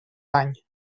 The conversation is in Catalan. dany